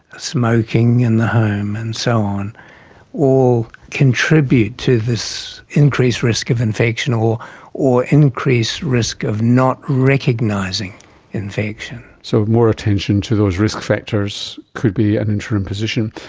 smoking in the home and so on all contribute to this increased risk of infection or or increased risk of not recognising infection. so more attention to those risk factors could be an interim position.